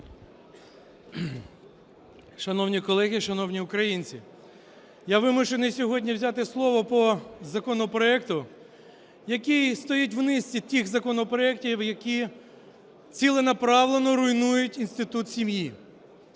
Шановні колеги, шановні українці, я вимушений сьогодні взяти слово по законопроекту, який стоїть в низці тих законопроектів, які ціленаправлено руйнують інститут сім'ї.